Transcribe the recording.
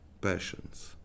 passions